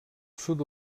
sud